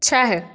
छः